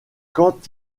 quand